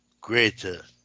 greater